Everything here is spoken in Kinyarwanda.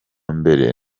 mbere